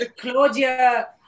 Claudia